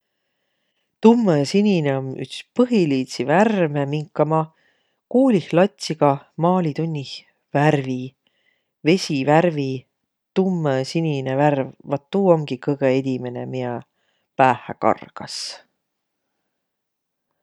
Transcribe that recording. Tummõsinine om üts põhiliidsi värme, minka ma koolih latsiga maalitunnih värvi. Vesivärvi tummõsinine värv, vat tuu omgi kõgõ edimäne, miä päähä kargas.